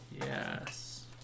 Yes